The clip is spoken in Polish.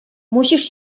musisz